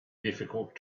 difficult